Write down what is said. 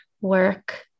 work